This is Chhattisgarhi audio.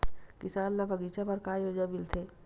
किसान ल बगीचा बर का योजना मिलथे?